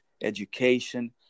education